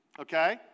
okay